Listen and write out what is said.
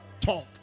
Talk